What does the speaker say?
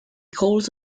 calls